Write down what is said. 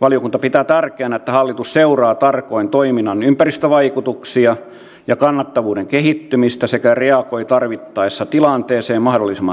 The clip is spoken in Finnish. valiokunta pitää tärkeänä että hallitus seuraa tarkoin toiminnan ympäristövaikutuksia ja kannattavuuden kehittymistä sekä reagoi tarvittaessa tilanteeseen mahdollisimman nopeasti